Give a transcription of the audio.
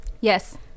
Yes